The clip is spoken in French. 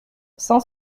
cent